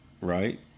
right